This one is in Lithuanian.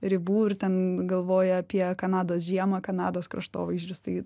ribų ir ten galvoja apie kanados žiemą kanados kraštovaizdžius tai